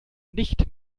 nicht